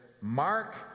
mark